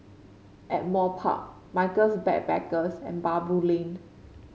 Ardmore Park Michaels Backpackers and Baboo Lane